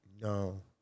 No